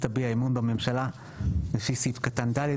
תביע אמון בממשלה לפי סעיף קטן (ד),